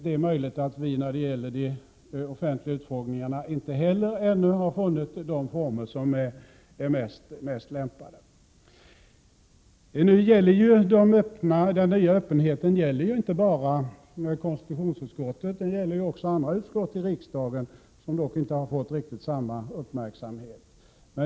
Det är möjligt att vi när det gäller de offentliga utfrågningarna inte ännu funnit de mest lämpliga formerna. Den nya öppenheten gäller inte bara konstitutionsutskottet. Den gäller också andra utskott i riksdagen, som dock inte fått riktigt samma uppmärksamhet.